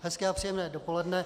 Hezké a příjemné dopoledne.